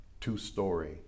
two-story